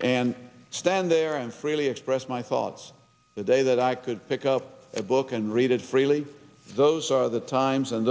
and stand there and freely express my thoughts the day that i could pick up a book and read it freely those are the times and